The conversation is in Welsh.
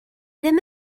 ddim